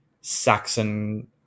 Saxon